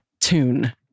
tune